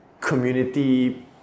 community